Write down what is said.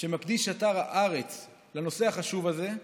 שמקדיש אתר הארץ לנושא החשוב הזה,